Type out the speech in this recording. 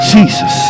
Jesus